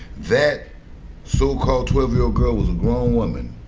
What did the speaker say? that so-called twelve year old girl was a grown woman.